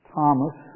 Thomas